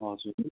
हजुर